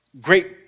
great